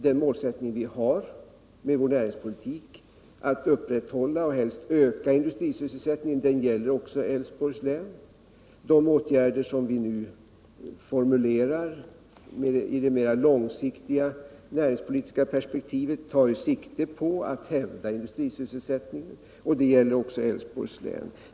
Det mål vi har för vår näringspolitik — att upprätthålla och helst öka industrisysselsättningen — gäller också Älvsborgs län. De åtgärder som vi nu formulerar i det mera långsiktiga näringspolitiska perspektivet tar sikte på att hävda industrisysselsättningen, och det gäller också Älvsborgs län.